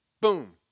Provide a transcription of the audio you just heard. boom